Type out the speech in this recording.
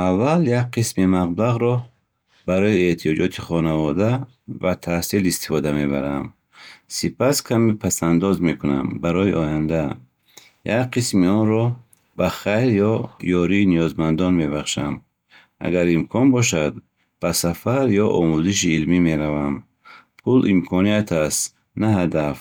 Аввал як қисми маблағро барои эҳтиёҷоти хонавода ва таҳсил истифода мебарам. Сипас, каме пасандоз мекунам барои оянда. Як қисми онро ба хайр ё ёрии ниёзмандон мебахшам. Агар имкон бошад, ба сафар ё омӯзиши илмӣ меравам. Пул имконият аст, на ҳадаф.